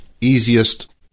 easiest